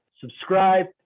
Subscribe